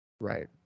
Right